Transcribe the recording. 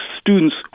students